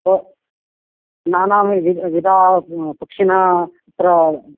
ओ नाना व् विध पक्षिणः अत्र